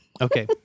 Okay